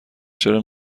چرا